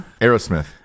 Aerosmith